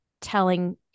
telling